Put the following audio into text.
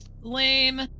Lame